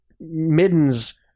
middens